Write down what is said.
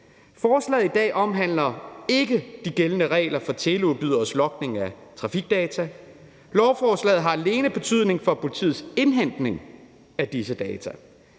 Forslaget i dag omhandler ikke de gældende regler for teleudbydernes logning af trafikdata. Lovforslaget har alene betydning for politiets indhentning af disse data.